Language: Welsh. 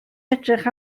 edrych